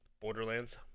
borderlands